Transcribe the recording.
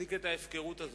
להפסיק את ההפקרות הזאת,